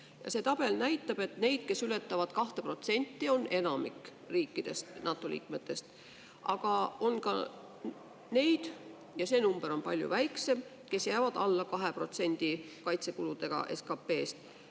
see tabel näitab, et neid, kes ületavad 2%, on enamik riikidest, NATO liikmetest, aga on ka neid – ja see number on palju väiksem –, kes jäävad oma kaitsekuludega alla